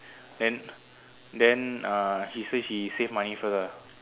then then uh she say she save money first ah